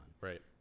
Right